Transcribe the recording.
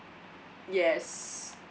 yes